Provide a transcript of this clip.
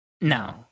No